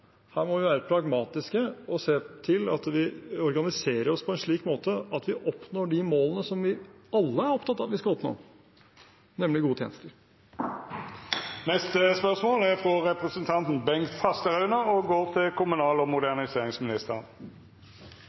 Her må vi være pragmatiske og se til at vi organiserer oss på en slik måte at vi oppnår de målene som vi alle er opptatt av at vi skal oppnå, nemlig gode tjenester. «Statsråden har uttalt at kommunereformen må fortsette, og